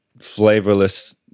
flavorless